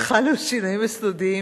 חלו שינויים יסודיים